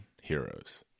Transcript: heroes